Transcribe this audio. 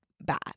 bad